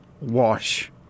wash